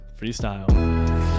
freestyle